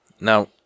Now